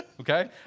okay